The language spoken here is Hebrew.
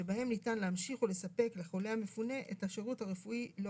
שבהם ניתן להמשיך ולספק לחולה המפונה את השירות הרפואי לו